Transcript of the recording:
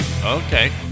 Okay